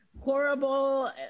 horrible